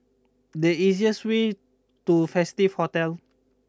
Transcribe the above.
the easier sway to Festive Hotel